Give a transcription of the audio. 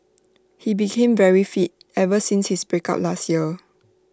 he became very fit ever since his breakup last year